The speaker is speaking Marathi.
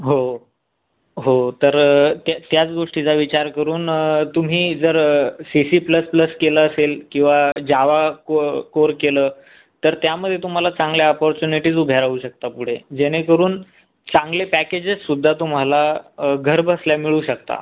हो हो तर त्या त्याच गोष्टीचा विचार करून तुम्ही जर सी सी प्लस प्लस केलं असेल किंवा ज्यावा को कोअर केलं तर त्यामध्ये तुम्हाला चांगल्या अपॉर्च्युनिटीज उभ्या राहू शकतात पुढे जेणेकरून चांगले पॅकेजेससुद्धा तुम्हाला घरबसल्या मिळू शकतात